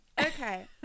okay